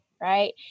right